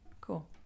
cool